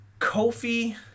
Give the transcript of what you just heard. Kofi